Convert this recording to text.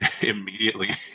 Immediately